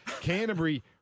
Canterbury